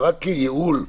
רק כייעול,